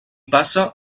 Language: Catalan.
passa